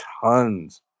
tons